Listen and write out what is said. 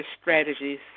strategies